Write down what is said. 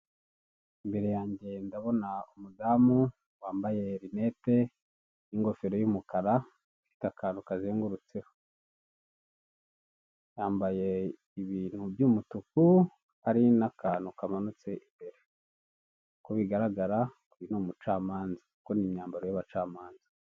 Imbere yanjye ndabona umudamu wambaye rinete n'ingofero y'umukara ifite akantu kazengurutseho, yambaye ibintu by'umutuku hari n'akantu kamanutse imbere. Uko bigaragara uyu n'umucamanza kuko iyi n'imyambaro y'abacamanza.